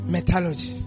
Metallurgy